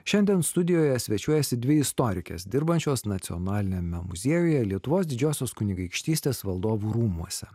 šiandien studijoje svečiuojasi dvi istorikės dirbančios nacionaliniame muziejuje lietuvos didžiosios kunigaikštystės valdovų rūmuose